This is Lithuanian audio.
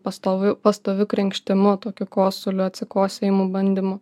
pastoviu pastoviu krenkštimu tokiu kosulio atsikosėjimu bandymų